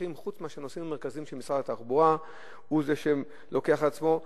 מאשר הנושאים המרכזיים שמשרד התחבורה הוא זה שלוקח על עצמו,